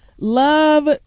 love